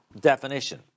definition